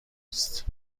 است